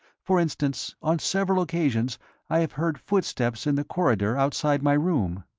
for instance, on several occasions i have heard footsteps in the corridor outside my room.